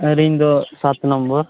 ᱟᱹᱞᱤᱧ ᱫᱚ ᱥᱟᱛ ᱱᱚᱢᱵᱚᱨ